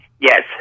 Yes